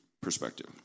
perspective